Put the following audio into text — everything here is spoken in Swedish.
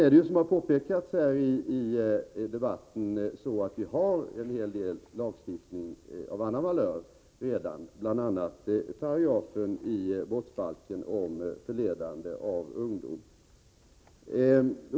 Som det har påpekats i debatten har vi redan en hel del lagstiftning av annan valör, bl.a. paragrafen i brottsbalken om förledande av ungdom.